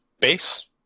base